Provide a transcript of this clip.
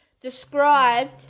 described